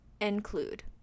include